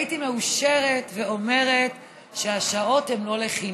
הייתי מאושרת ואומרת שהשעות הן לא לחינם.